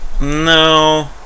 No